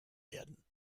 werden